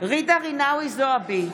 ג'ידא רינאוי זועבי,